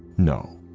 no.